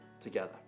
together